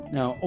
Now